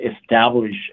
establish